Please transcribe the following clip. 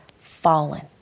fallen